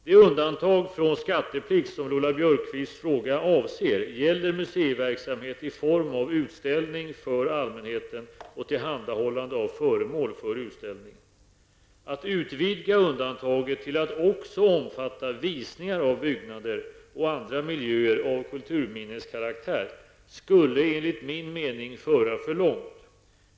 Det undantag från skatteplikt som Lola Björkquists fråga avser gäller museiverksamhet i form av utställning för allmänheten och tillhandahållande av föremål för utställning. Att utvidga undantaget till att också omfatta visningar av byggnader och andra miljöer av kulturminneskaraktär skulle enligt min mening föra för långt.